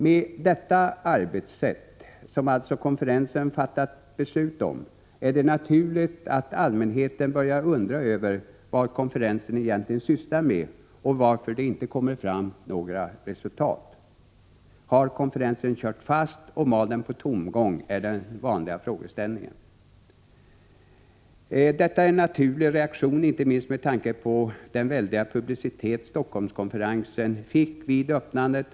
Med detta arbetssätt, som alltså konferensen fattat beslut om, är det naturligt att allmänheten börjar undra över vad konferensen egentligen sysslar med och varför det inte kommer fram några resultat. ”Har konferensen kört fast, och mal den på tomgång?” är den vanliga frågeställningen. Detta är en naturlig reaktion, inte minst med tanke på den väldiga publicitet Helsingforsskonferensen fick vid öppnandet.